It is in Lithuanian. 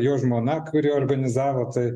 jo žmona kuri organizavo tai